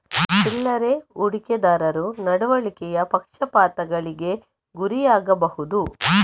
ಚಿಲ್ಲರೆ ಹೂಡಿಕೆದಾರರು ನಡವಳಿಕೆಯ ಪಕ್ಷಪಾತಗಳಿಗೆ ಗುರಿಯಾಗಬಹುದು